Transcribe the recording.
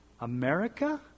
America